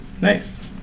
Nice